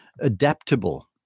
adaptable